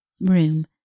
room